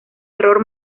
error